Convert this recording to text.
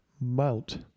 mount